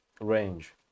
range